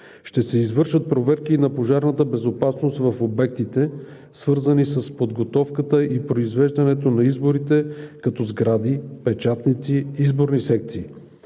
Ще се извършват проверки и на пожарната безопасност в обектите, свързани с подготовката и произвеждането на изборите, като сгради, печатници, изборни секции.